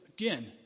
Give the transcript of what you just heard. Again